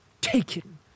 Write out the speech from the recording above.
taken